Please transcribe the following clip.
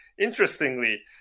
Interestingly